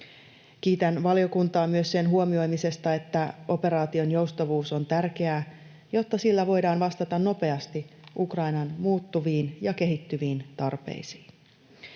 Kiitän valiokuntaa myös sen huomioimisesta, että operaation joustavuus on tärkeää, jotta sillä voidaan vastata nopeasti Ukrainan muuttuviin ja kehittyviin tarpeisiin.